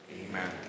amen